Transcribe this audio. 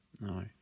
No